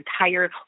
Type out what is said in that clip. entire